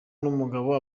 n’umugabo